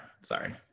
sorry